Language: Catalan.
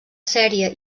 sèrie